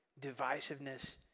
divisiveness